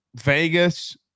Vegas